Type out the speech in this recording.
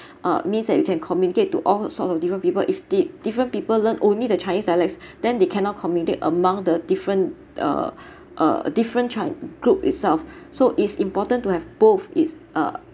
uh means that you can communicate to all sorts of different people if di~ different people learn only the chinese dialects then they cannot communicate among the different uh uh different chi~ group itself so it's important to have both it's uh